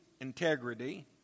integrity